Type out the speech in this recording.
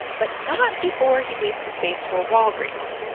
but not before he leased the space to a walgreens.